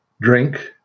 drink